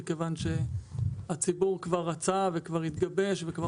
מכיוון שהציבור כבר רצה וכבר התגבש וכבר